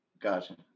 Gotcha